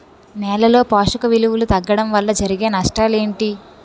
నేలలో పోషక విలువలు తగ్గడం వల్ల జరిగే నష్టాలేంటి?